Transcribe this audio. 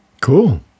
Cool